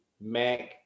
Mac